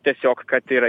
tiesiog kad yra